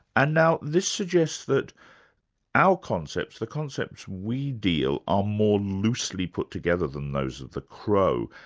and now this suggests that our concepts, the concepts we deal are more loosely put together than those of the crow,